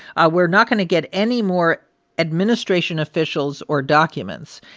ah we're not going to get any more administration officials or documents.